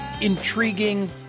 intriguing